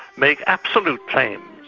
make absolute claims.